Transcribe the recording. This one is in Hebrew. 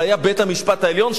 זה היה בית-המשפט העליון,